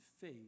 faith